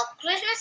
Christmas